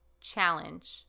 challenge